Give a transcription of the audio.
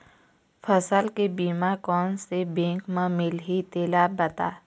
फसल के बीमा कोन से बैंक म मिलही तेला बता?